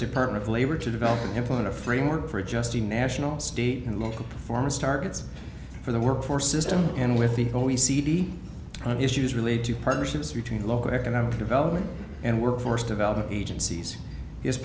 department of labor to develop and implement a framework for adjusting national state and local performance targets for the workforce system and with the o e c d on issues related to partnerships between local economic development and workforce development agencies